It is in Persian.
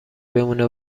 بمونه